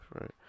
right